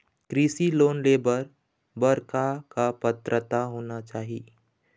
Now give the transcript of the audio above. कृषि लोन ले बर बर का का पात्रता होना चाही?